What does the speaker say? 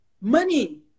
money